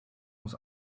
muss